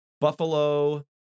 Buffalo